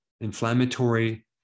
inflammatory